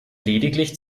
lediglich